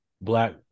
black